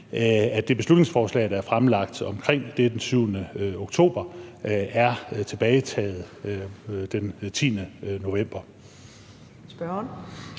det beslutningsforslag, der blev fremsat den 7. oktober, er taget tilbage den 10. november.